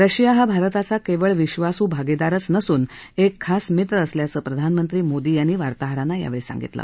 Russia हा भारताचा केवळ विश्वासू भागीदारच नसून एक खास मित्र असल्याचं प्रधानमंत्री मोदी यांनी वार्ताहरांना सांगितलं